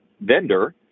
vendor